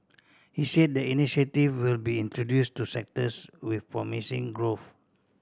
he said the initiative will be introduced to sectors with promising growth